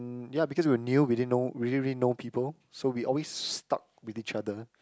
ya because we were new we didn't know we didn't really know people so we always stuck with each other